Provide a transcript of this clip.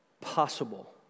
possible